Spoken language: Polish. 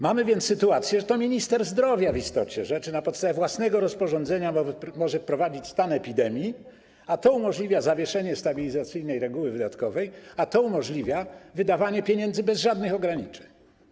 Mamy więc sytuację, że to minister zdrowia w istocie rzeczy na podstawie własnego rozporządzenia może wprowadzić stan epidemii, a to umożliwia zawieszenie stabilizacyjnej reguły wydatkowej, a to umożliwia wydawanie pieniędzy bez żadnych ograniczeń.